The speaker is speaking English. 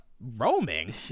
roaming